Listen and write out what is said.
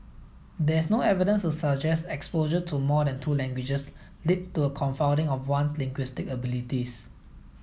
there is no evidence to suggest exposure to more than two languages leads to a confounding of one's linguistic abilities